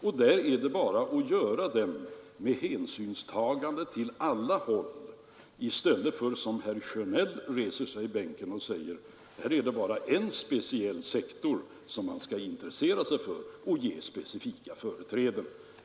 Det är bara att göra den med hänsynstagande åt alla håll i stället för att som herr Sjönell gör resa sig i bänken och säga att här är det bara en viss sektor som man skall intressera sig för och ge speciella företräden.